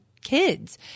kids